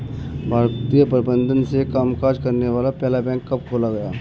भारतीय प्रबंधन से कामकाज करने वाला पहला बैंक कब खोला गया?